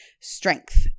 strength